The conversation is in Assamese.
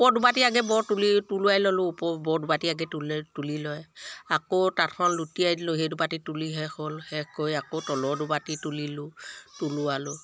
ওপৰ দুবাতি আগেয়ে বৰ তুলি তুলাই ল'লোঁ ওপৰৰ বৰ দুবাতি আগে তুলি তুলি লয় আকৌ তাঁতখন লুটিয়াই দিলোঁ সেই দুবাতি তুলি শেষ হ'ল শেষ কৰি আকৌ তলৰ দুবাতি তুলিলোঁ তুলোৱালোঁ